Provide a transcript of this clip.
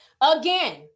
Again